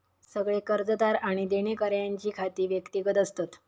सगळे कर्जदार आणि देणेकऱ्यांची खाती व्यक्तिगत असतत